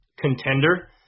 contender